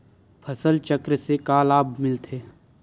फसल चक्र से का लाभ मिलथे?